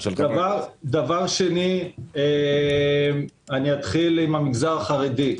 דבר שני, אתחיל עם המגזר החרדי.